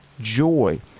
joy